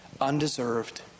undeserved